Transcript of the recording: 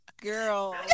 Girl